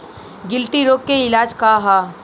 गिल्टी रोग के इलाज का ह?